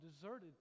deserted